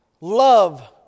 love